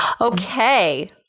Okay